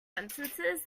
sentences